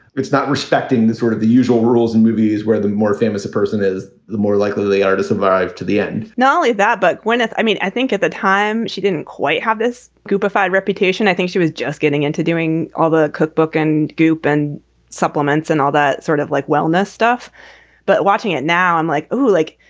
it's not respecting the sort of the usual rules and movies where the more famous a person is, the more likely they are to survive to the end not only that, but when it's i mean, i think at the time she didn't quite have this goop ified reputation. she was just getting into doing all the cookbook and goop and supplements and all that sort of like wellness stuff but watching it now, i'm like, oh, like,